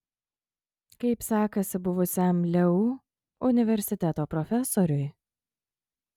kaip sekasi buvusiam leu universiteto profesoriui